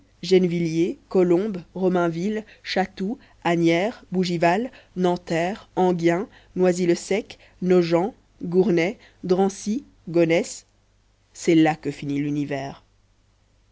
gennevilliers colombes romainville chatou asnières bougival nanterre enghien noisy le sec nogent gournay drancy gonesse c'est là que finit l'univers